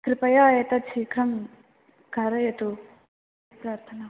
कृपया एतत् शीघ्रं कारयतु प्रार्थना